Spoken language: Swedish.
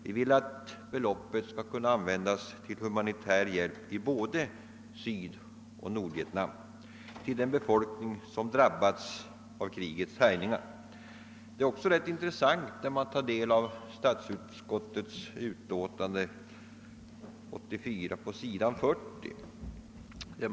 Vi önskar att beloppet skall kunna användas för humanitär hjälp till den befolkning i både Sydoch Nordvietnam som drabbats av krigets härjningar. Det är också ganska intressant att ta del av vad statsutskottet skriver på s. 40 i sitt utlåtande nr 84.